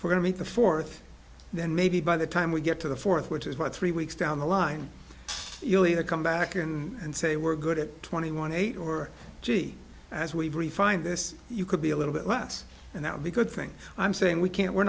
we're going to meet the fourth then maybe by the time we get to the fourth which is what three weeks down the line you'll either come back and say we're good at twenty one eight or g as we've refined this you could be a little bit less and that the good thing i'm saying we can't we're